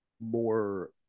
more